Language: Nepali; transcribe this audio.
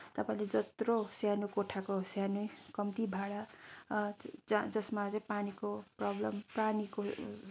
तपाईँले जत्रो सानो कोठाको सानै कम्ती भाडा ज जसमा चाहिँ पानीको प्रबलम पानीको